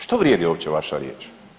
Što vrijedi uopće vaša riječ?